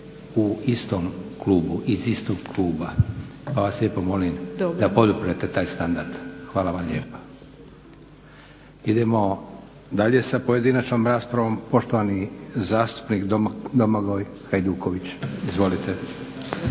Hvala vam lijepa.